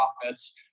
profits